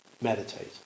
meditate